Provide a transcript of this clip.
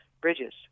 bridges